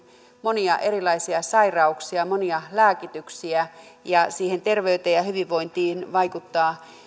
monia erilaisia sairauksia monia lääkityksiä ja siihen terveyteen ja hyvinvointiin vaikuttaa